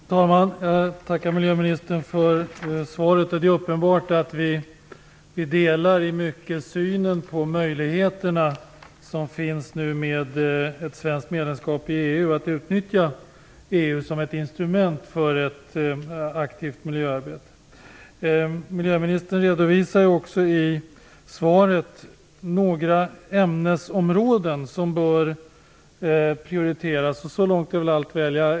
Fru talman! Jag tackar miljöministern för svaret. Det är uppenbart att vi delar i mycket synen på möjligheterna som finns nu med ett svenskt medlemskap i EU att utnyttja EU som ett instrument för ett aktivt miljöarbete. Miljöministern redovisar också i svaret några ämnesområden som bör prioriteras. Så långt är allt väl.